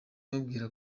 mubwira